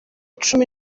cumi